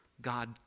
God